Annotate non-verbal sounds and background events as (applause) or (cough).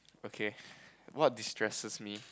okay (breath) what distresses me